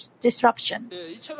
disruption